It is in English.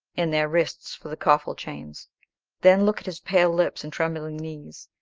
and their wrists for the coffle chains then look at his pale lips and trembling knees,